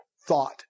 thought